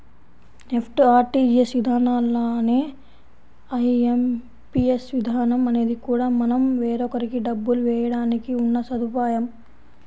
NEFT, RTGS విధానాల్లానే IMPS విధానం అనేది కూడా మనం వేరొకరికి డబ్బులు వేయడానికి ఉన్న సదుపాయం